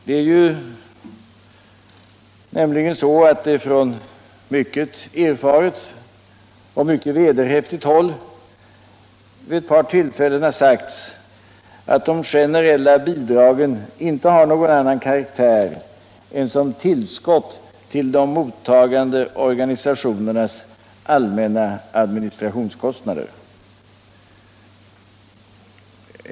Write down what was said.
Detwua så mycket mer som det från mycket erfaret och vederhäftigt håll vid ewt par tillfällen har sagts att de generella bidragen inte har någon annan karaktär än att tjäna såsom tillskott till de mottagande organisationernas allmänna administrationskostnader.